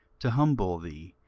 to humble thee,